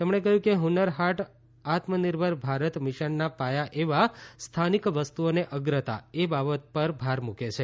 તેમણે કહ્યું કે હુન્નર હાટ આત્મનિર્ભર ભારત મિશનના પાયા એવા સ્થાનિક વસ્તુઓને અગ્રતા એ બાબત ઉપર ભારત મૂકે છે